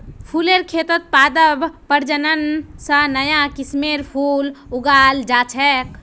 फुलेर खेतत पादप प्रजनन स नया किस्मेर फूल उगाल जा छेक